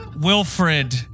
Wilfred